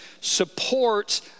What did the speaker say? supports